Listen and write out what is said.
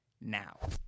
now